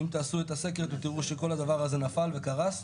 אם תעשו את הסקר, אתם תראו שכל הדבר הזה נפל וקרס.